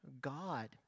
God